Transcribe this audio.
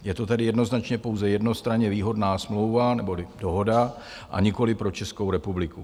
Je to tedy jednoznačně pouze jednostranně výhodná smlouva, neboli dohoda, a nikoliv pro Českou republiku.